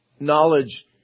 Knowledge